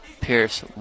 Pierce